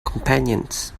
companions